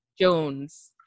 Jones